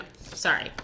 Sorry